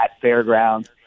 Fairgrounds